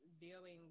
dealing